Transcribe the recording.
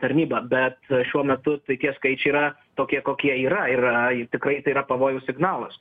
tarnyba bet šiuo metu tai tie skaičiai yra tokie kokie yra ir tikrai tai yra pavojaus signalas